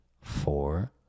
four